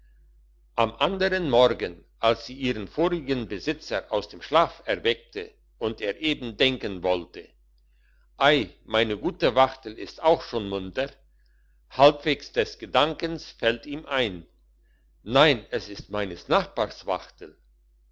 am andern morgen als sie ihren vorigen besitzer aus dem schlaf erweckt und er eben denken wollte ei meine gute wachtel ist auch schon munter halbwegs des gedankens fällts ihm ein nein es ist meines nachbars wachtel